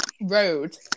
road